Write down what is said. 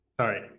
Sorry